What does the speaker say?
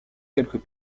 quelques